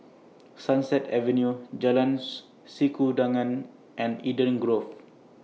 Sunset Avenue Jalan Sikudangan and Eden Grove